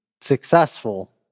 successful